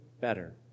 better